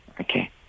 okay